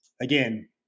Again